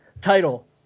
Title